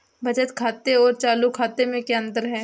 बचत खाते और चालू खाते में क्या अंतर है?